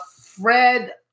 Fred